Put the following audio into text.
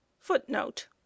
Footnote